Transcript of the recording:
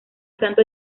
santo